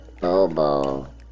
Bobo